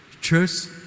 Trust